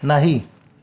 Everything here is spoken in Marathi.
नाही